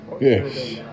Yes